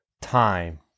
time